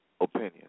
opinion